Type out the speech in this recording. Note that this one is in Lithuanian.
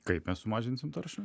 kaip mes sumažinsim taršą